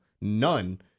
none